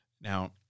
Now